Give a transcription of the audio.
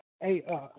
Hey